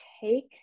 take